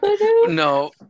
no